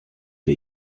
wir